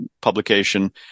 publication